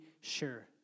sure